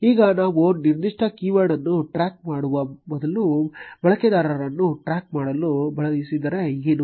ಈಗ ನಾವು ನಿರ್ದಿಷ್ಟ ಕೀವರ್ಡ್ ಅನ್ನು ಟ್ರ್ಯಾಕ್ ಮಾಡುವ ಬದಲು ಬಳಕೆದಾರರನ್ನು ಟ್ರ್ಯಾಕ್ ಮಾಡಲು ಬಯಸಿದರೆ ಏನು